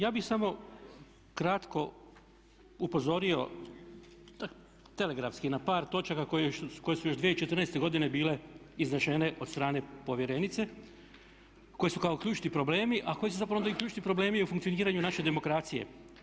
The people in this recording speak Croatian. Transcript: Ja bi samo kratko upozorio telegrafski na par točaka koje su još 2014.godine bile iznesene od strane povjerenice koje su kao ključni problemi, a koje se zapravo i ključni problemi u funkcioniranju naše demokracije.